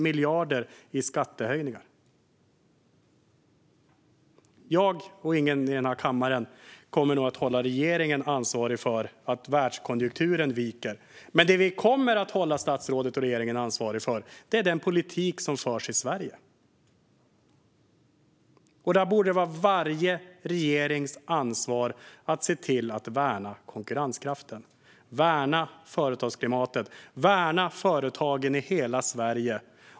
Varken jag eller någon annan i den här kammaren kommer nog att hålla regeringen ansvarig för att världskonjunkturen viker, men det vi kommer att hålla statsrådet och regeringen ansvariga för är den politik som förs i Sverige. Det borde vara varje regerings ansvar att se till att värna konkurrenskraften, värna företagsklimatet och värna företagen i hela Sverige.